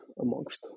amongst